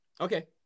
Okay